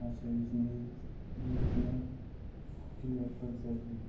गासै नैजिनै player four जायो